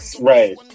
right